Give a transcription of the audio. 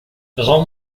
rends